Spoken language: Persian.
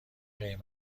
این